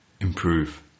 improve